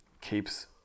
keeps